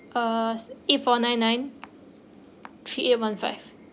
uh eight four nine nine three eight one five